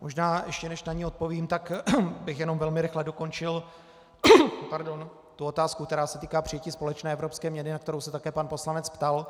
Možná ještě než na ni odpovím, tak bych jenom velmi rychle dokončil tu otázku, která se týká přijetí společné evropské měny, na kterou se také pan poslanec ptal.